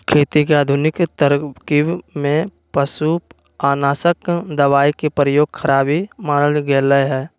खेती के आधुनिक तरकिब में पिलुआनाशक दबाई के प्रयोग खराबी मानल गेलइ ह